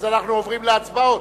אנחנו עוברים להצבעות.